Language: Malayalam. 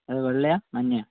വെള്ളയോ മഞ്ഞയോ